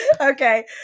okay